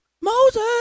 Moses